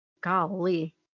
Golly